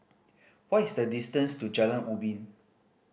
what is the distance to Jalan Ubin